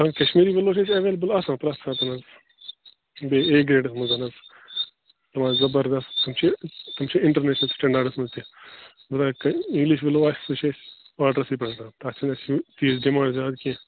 اَہن کشمیری وٮ۪لو چھِ اَسہِ ایولیبل آسان پرٮ۪تھ ساتن حظ بیٚیہِ اے گرٛڈس منٛز حظ آ زبردس تِم چھِ تِم چھِ اِنٹرنیٛشنل سِٹنڈاڈس منٛز تہِ اِنٛگلِش وٮ۪لو آسہِ سُہ چھِ أسۍ آرڈرسٕے پٮ۪ٹھ رٹان تتھ چھِنہٕ اَسہِ یِم